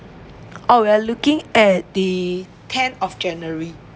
oh we are looking at the tenth of january